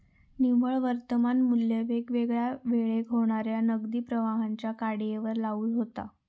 निव्वळ वर्तमान मू्ल्य वेगवेगळ्या वेळेक होणाऱ्या नगदी प्रवाहांच्या कडीयेवर लागू होता